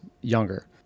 younger